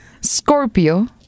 Scorpio